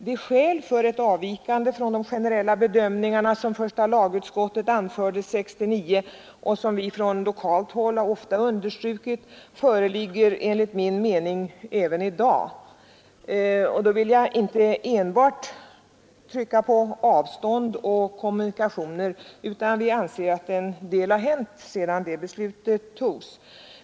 De skäl för ett avvikande från de generella bedömningarna som första lagutskottet anförde 1969 och som vi från lokalt håll ofta understrukit, föreligger enligt min mening även i dag. Jag tänker då inte enbart på avstånd och kommunikationer; vi anser också att en del har hänt sedan beslutet fattades.